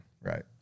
Right